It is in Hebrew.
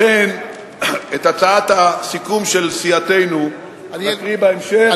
לכן, את הצעת הסיכום של סיעתנו אקריא בהמשך.